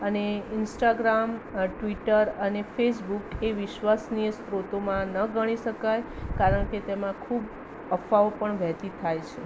અને Instagram Twitter અને Facebook એ વિશ્વાસનીય સ્ત્રોતોમાં ન ગણી શકાય કારણકે તેમાં ખૂબ અફવાઓ પણ વહેતી થાય છે